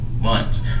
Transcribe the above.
months